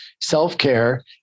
self-care